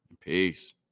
Peace